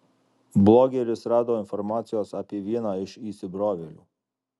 blogeris rado informacijos apie vieną iš įsibrovėlių